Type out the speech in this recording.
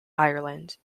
ireland